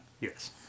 yes